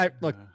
look